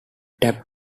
tapped